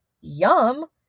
Yum